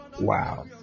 Wow